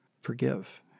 forgive